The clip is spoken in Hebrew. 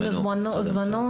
הם נרשמו לדיון.